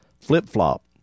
flip-flop